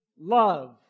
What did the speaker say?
love